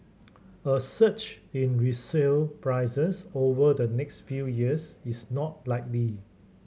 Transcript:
a surge in resale prices over the next few years is not likely